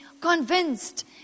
convinced